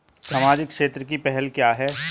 सामाजिक क्षेत्र की पहल क्या हैं?